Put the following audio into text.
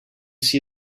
see